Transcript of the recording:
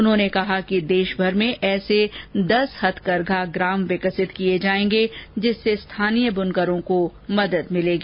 उन्होंने कहा कि देश भर में ऐसे दस हथकरघा ग्राम विकसित किये जाएंगे जिनसे स्थानीय बुनकरों को बहुत मदद मिलेगी